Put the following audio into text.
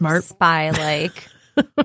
spy-like